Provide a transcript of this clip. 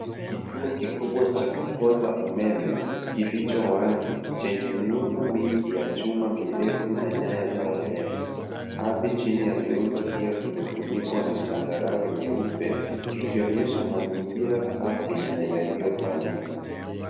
Kituo kikubwa cha kupoza umeme kilicho wazi chenye miundo mingi ya chuma mirefu na nyaya za umeme. Ardhi chini ya miundo hiyo imefunikwa na changarawe nyeupe ikionyesha mazingira safi na yaliyopangika.